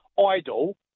Idle